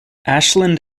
ashland